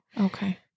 Okay